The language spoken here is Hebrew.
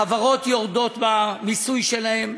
החברות יורדות במיסוי שלהן.